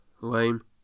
Lame